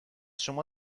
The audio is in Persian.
شما